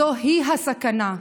זוהי הסכנה.